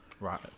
Right